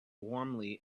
warmly